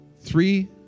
Three